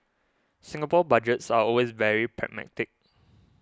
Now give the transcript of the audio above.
Singapore Budgets are always very pragmatic